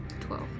twelve